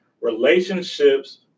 relationships